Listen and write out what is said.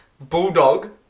bulldog